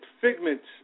figments